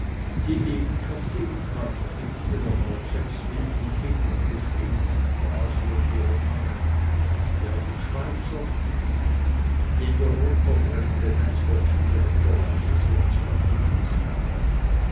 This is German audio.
die eben kaffee trank mit ihrem aus sechs wilden kindern bestehenden fasel und ihrem manne einem derben schweizer dem der rotverbrämte metzgerkittel und der weiße schurz ganz gut stand